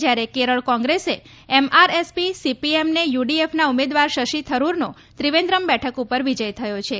જયારે કેરળ કોંગ્રેસે એમઆરએસપી સીપીએમને યૂડીએફના ઉમેદવાર શશી થરૂરનો ત્રિવેંન્દ્રમ બેઠક પર વિજય થયો છે